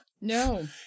No